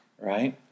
right